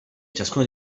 ciascuno